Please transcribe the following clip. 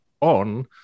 on